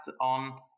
on